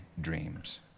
dreams